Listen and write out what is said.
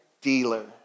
dealer